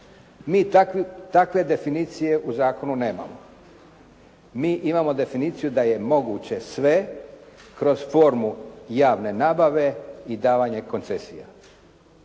Mi takve definicije u zakonu nemamo. Mi imamo definiciju da je moguće sve kroz formu javne nabave i davanje koncesija.